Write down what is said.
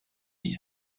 here